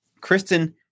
Kristen